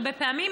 הרבה פעמים,